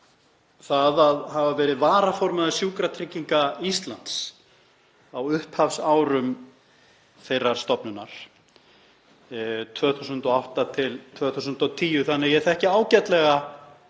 að hafa verið varaformaður Sjúkratrygginga Íslands á upphafsárum þeirrar stofnunar, 2008–2010, þannig að ég þekki ágætlega